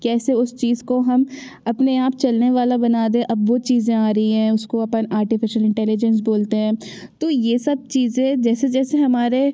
कैसे उस चीज को हम अपने आप चलने वाला बना दे अब वो चीज़ें आ रही हैं उसको अपन आर्टिफीशियल इंटेलिजेंस बोलते हैं तो ये सब चीज़ें जैसे जैसे हमारे